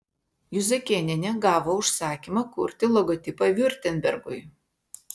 juzakėnienė gavo užsakymą kurti logotipą viurtembergui